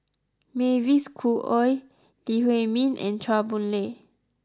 Mavis Khoo Oei Lee Huei Min and Chua Boon Lay